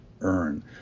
earn